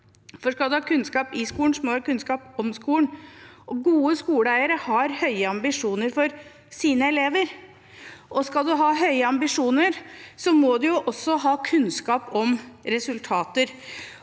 Skal en ha kunnskap i skolen, må en ha kunnskap om skolen. Gode skoleeiere har høye ambisjoner for sine elever. Skal en ha høye ambisjoner, må en også ha kunnskap om resultater.